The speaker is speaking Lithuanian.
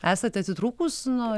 esate atitrūkus nuo